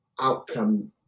outcome